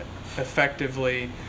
effectively